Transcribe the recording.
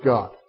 God